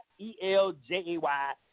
E-L-J-A-Y